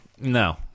no